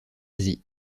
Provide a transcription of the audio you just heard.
asie